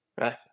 right